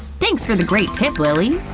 thanks for the great tip, lilly!